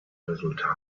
resultat